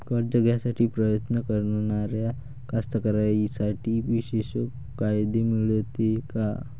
कर्ज घ्यासाठी प्रयत्न करणाऱ्या कास्तकाराइसाठी विशेष फायदे मिळते का?